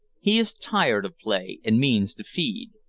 he is tired of play, and means to feed.